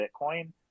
Bitcoin